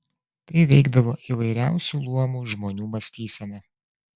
tai veikdavo įvairiausių luomų žmonių mąstyseną